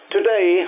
Today